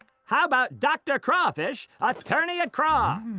how about dr. crawfish, attorney-at-craw?